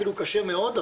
אפילו קשה מאוד,